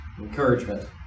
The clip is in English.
encouragement